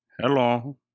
Hello